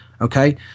Okay